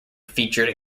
featured